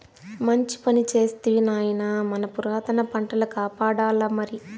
మంచి పని చేస్తివి నాయనా మన పురాతన పంటల కాపాడాల్లమరి